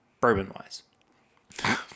bourbon-wise